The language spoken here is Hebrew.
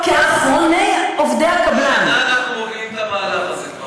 אנחנו כבר שנה מובילים את המהלך הזה.